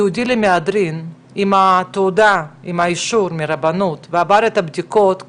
היה על זה דיון נפרד ומעמיק בוועדת הפנים של הכנסת,